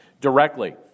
directly